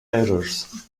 errors